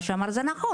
מה שהוא אמר זה נכון,